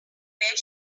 where